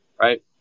right